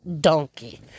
donkey